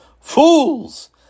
Fools